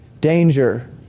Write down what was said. danger